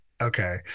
Okay